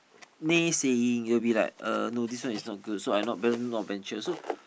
naysaying it will be like uh no this one is not good so I not better not venture so